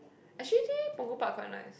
actually Punggol park quite nice